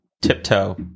Tiptoe